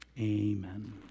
Amen